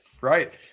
right